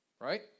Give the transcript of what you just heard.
Right